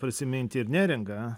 prisiminti ir neringą